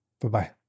Bye-bye